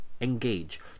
engage